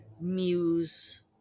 muse